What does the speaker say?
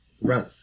Run